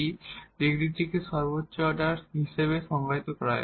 কারণ ডিগ্রিটিকে সর্বোচ্চ অর্ডার টার্মটির ডিগ্রী হিসাবে সংজ্ঞায়িত করা হয়